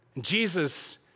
Jesus